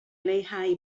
leihau